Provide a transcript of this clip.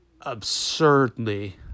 absurdly